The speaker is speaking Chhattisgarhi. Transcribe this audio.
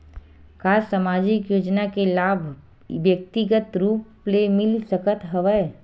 का सामाजिक योजना के लाभ व्यक्तिगत रूप ले मिल सकत हवय?